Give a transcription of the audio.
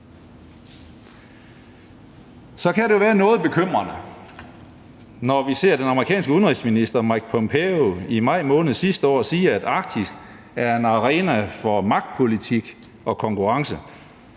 Så kan det jo være noget bekymrende, når vi ser den amerikanske udenrigsminister, Mike Pompeo, i maj måned sidste år sige, at Arktis er en arena for magtpolitik og konkurrence.